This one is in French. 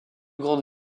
grande